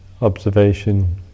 observation